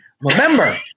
Remember